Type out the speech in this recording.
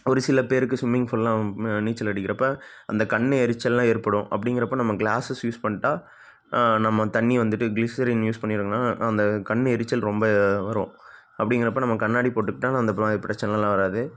ஒரு சில பேருக்கு ஸ்விம்மிங் ஃபூல்லாம் நீச்சல் அடிக்கிறப்போ அந்த கண்ணு எரிச்சல்லாம் ஏற்படும் அப்டிங்கிறப்போ நம்ம க்ளாஸஸ் யூஸ் பண்ணிட்டா நம்ம தண்ணி வந்துவிட்டு க்ளிசரின் யூஸ் பண்ணி அந்த கண்ணு எரிச்சல் ரொம்ப வரும் அப்படிங்கிறப்ப நம்ம கண்ணாடி போட்டுக்கிட்டா அந்த மாதிரி பிரச்சனைலாம் வராது